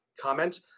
comment